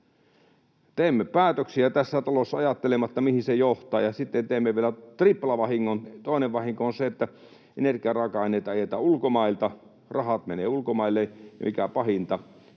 Teemme päätöksiä tässä talossa ajattelematta, mihin se johtaa, ja sitten teemme vielä triplavahingon: Toinen vahinko on se, että energiaraaka-aineita ajetaan ulkomailta. Rahat menevät ulkomaille, ja mikä pahinta,